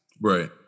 right